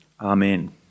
Amen